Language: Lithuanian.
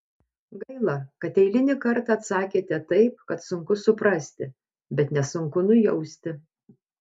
gaila kad eilinį kartą atsakėte taip kad sunku suprasti bet nesunku nujausti